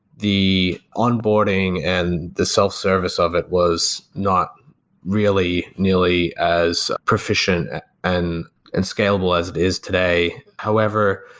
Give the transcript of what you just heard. the onboarding and the self-service of it was not really nearly as proficient and and scalable as it is today. however,